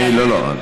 לא, לא.